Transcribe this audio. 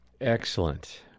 Excellent